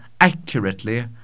accurately